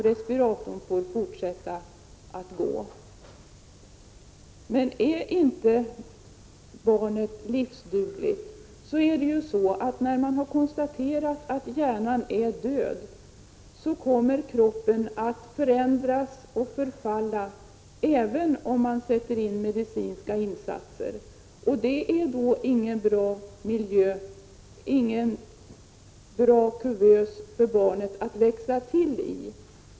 Respiratorn får alltså fortsätta att gå. Men om barnet inte är livsdugligt och man har konstaterat att hjärnan är död, kommer kroppen att förändras och förfalla, även om medicinska insatser görs. Det är sålunda ingen bra kuvös för barnet att växa till i.